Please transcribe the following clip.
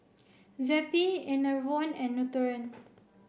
Zappy Enervon and Nutren